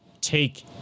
take